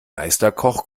meisterkoch